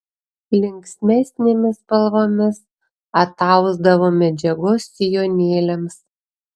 linksmesnėmis spalvomis atausdavo medžiagos sijonėliams